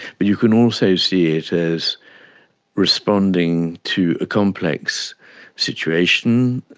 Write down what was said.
but you can also see it as responding to a complex situation,